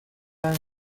and